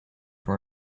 were